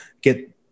get